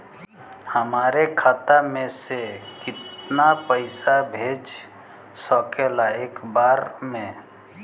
हमरे खाता में से कितना पईसा भेज सकेला एक बार में?